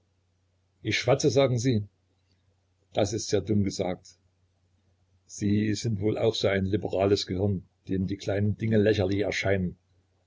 ich schwatze sagen sie das ist sehr dumm gesagt sie sind wohl auch ein so liberales gehirn dem die kleinen dinge lächerlich erscheinen